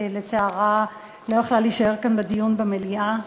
שלצערה לא יכלה להישאר לדיון במליאה.